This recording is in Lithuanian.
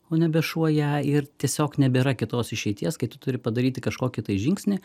o nebe šuo ją ir tiesiog nebėra kitos išeities kai tu turi padaryti kažkokį tai žingsnį